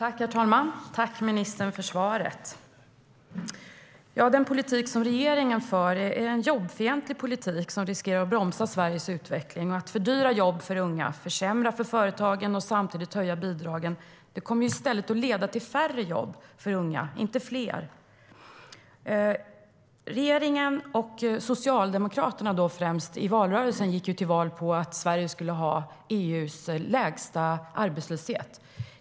Herr talman! Tack, ministern, för svaret! Den politik som regeringen för är en jobbfientlig politik som riskerar att bromsa Sveriges utveckling. Att fördyra jobb för unga, försämra för företagen och samtidigt höja bidragen kommer att leda till färre jobb för unga, inte fler. Regeringen och främst Socialdemokraterna gick i valrörelsen till val på att Sverige skulle ha EU:s lägsta arbetslöshet.